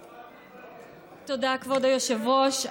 תודה, כבוד היושבת-ראש.